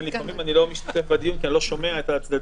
לפעמים אני לא משתתף בדיון כי אני לא שומע את הצדדים,